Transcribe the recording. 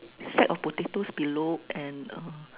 sack of potatoes below and um